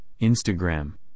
Instagram